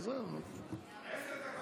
עשר דקות דיבר.